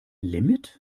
limit